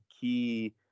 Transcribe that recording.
key